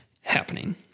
happening